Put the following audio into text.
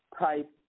type